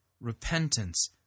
repentance